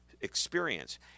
experience